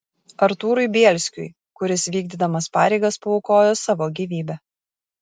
artūrui bielskiui kuris vykdydamas pareigas paaukojo savo gyvybę